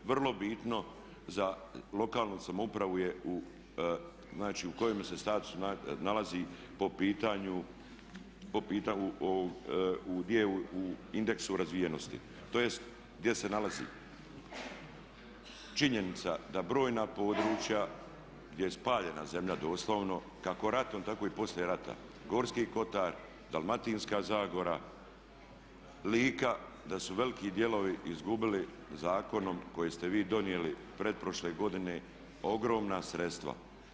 Vrlo bitno za lokalnu samoupravu je u, znači u kojem se statusu nalazi po pitanju u indeksu razvijenosti, tj. gdje se nalazi činjenica da brojna područja gdje je spaljena zemlja doslovno kako ratom tako i poslije rata, Gorski Kotar, Dalmatinska zagora, Lika da su veliki dijelovi izgubili zakonom kojeg ste vi donijeli pretprošle godine ogromna sredstva.